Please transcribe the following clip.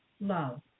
love